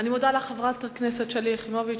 אני מודה לך, חברת הכנסת שלי יחימוביץ.